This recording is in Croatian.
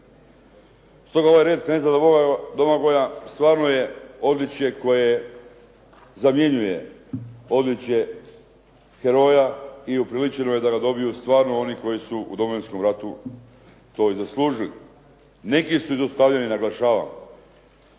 Stoga ovaj "Red kneza Domagoja" stvarno je odličje koje zamjenjuje odličje heroja i upriličeno je da ga dobiju stvarno oni koji su u Domovinskom ratu to i zaslužili. Neki su izostavljeni, naglašavam.